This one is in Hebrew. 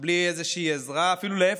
בלי איזושהי עזרה, אפילו להפך,